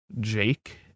Jake